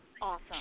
Awesome